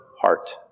heart